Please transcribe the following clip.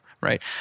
right